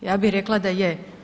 Ja bi rekla da je.